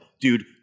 dude